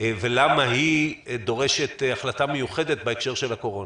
ולמה היא דורשת החלטה מיוחדת בהקשר של הקורונה?